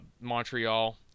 Montreal